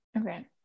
Okay